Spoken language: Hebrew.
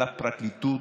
על הפרקליטות,